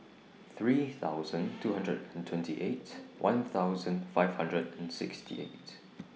three thousand two hundred and twenty eight one thousand five hundred and sixty eight